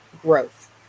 growth